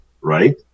right